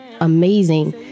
amazing